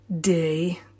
day